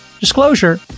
Disclosure